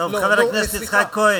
חבר הכנסת יצחק כהן,